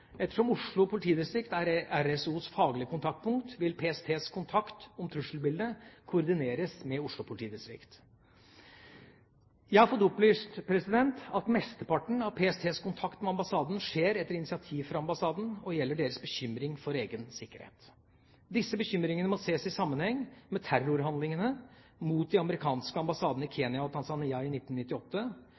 Ettersom Oslo politidistrikt er RSOs faglige kontaktpunkt, vil PSTs kontakt om trusselbildet koordineres med Oslo politidistrikt. Jeg har fått opplyst at mesteparten av PSTs kontakt med ambassaden skjer etter initiativ fra ambassaden, og gjelder deres bekymring for egen sikkerhet. Disse bekymringene må ses i sammenheng med terrorhandlingene mot de amerikanske ambassadene i Kenya og Tanzania i 1998,